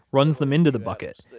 runs them into the bucket,